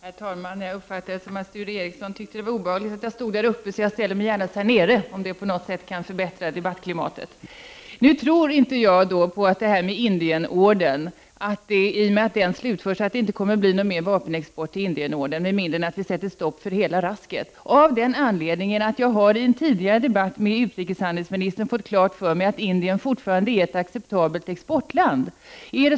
Herr talman! Jag uppfattade det som att Sture Ericson tyckte att det var obehagligt att jag stod här uppe, så jag står gärna där nere om det på något sätt kan förbättra debattklimatet. Jag tror inte på vad som sägs om Indienordern, att i och med att den slutförs blir det inte någon mer vapenexport. Det blir inte sant med mindre än att vi sätter stopp för hela rasket. Jag har nämligen i en tidigare debatt med utrikeshandelsministern fått klart för mig att Indien fortfarande anses vara ett acceptabelt exportland.